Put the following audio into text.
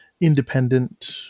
independent